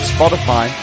Spotify